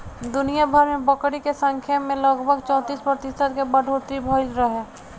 दुनियाभर में बकरी के संख्या में लगभग चौंतीस प्रतिशत के बढ़ोतरी भईल रहे